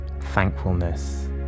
thankfulness